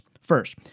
First